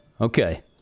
Okay